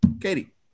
Katie